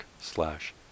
slash